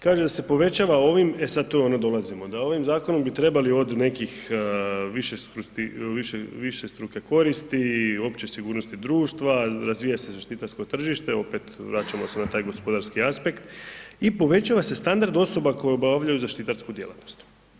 Kaže da se povećava ovim, e sad tu ono dolazimo, da ovim zakonom bi trebali od nekih višestruke koristi i opće sigurnosti društva, razvija se zaštitarsko tržište, opet vraćamo se na taj gospodarski aspekt i povećava se standard osoba koje obavljaju zaštitarsku djelatnost.